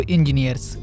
Engineers